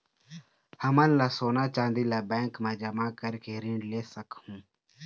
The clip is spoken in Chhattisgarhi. हमन का सोना चांदी ला बैंक मा जमा करके ऋण ले सकहूं?